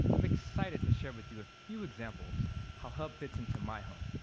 i'm excited to share with you a few examples how hub fits into my home.